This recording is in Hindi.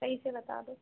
पैसे बता दो